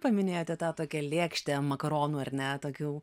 paminėjote tą tokią lėkštę makaronų ar ne tokių